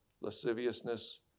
lasciviousness